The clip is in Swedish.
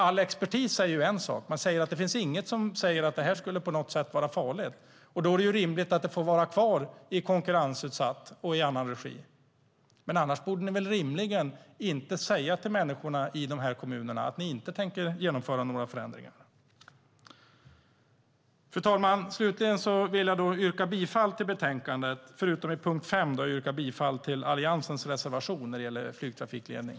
All expertis säger en sak. De säger att det inte finns något som säger att det på något sätt skulle vara farligt. Då är det rimligt att det får vara kvar som konkurrensutsatt och i annan regi. Annars borde ni rimligen inte säga till människorna i dessa kommuner att ni inte tänker genomföra några förändringar. Fru talman! Jag yrkar slutligen bifall till utskottets förslag i betänkandet förutom i punkt 5 där jag yrkar bifall till Alliansens reservation när det gäller flygtrafikledning.